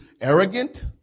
arrogant